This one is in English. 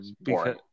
boring